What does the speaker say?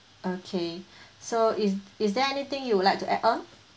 okay so is is there anything you would like to add on